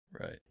Right